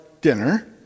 dinner